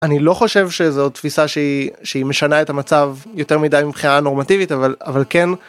אני לא חושב שזו תפיסה שהיא שהיא משנה את המצב יותר מדי מבחינה נורמטיבית אבל אבל כן.